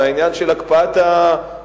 זה העניין של הקפאת הבנייה.